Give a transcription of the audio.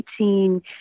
18